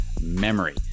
memory